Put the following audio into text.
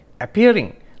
appearing